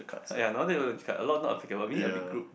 ya no wonder not able to discuss a lot not applicable we need a big group